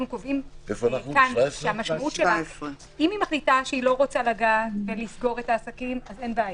אם היא מחליטה שהיא לא רוצה לגעת ולסגור את העסקים אז אין בעיה,